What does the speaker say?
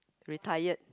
retired